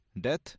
death